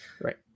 right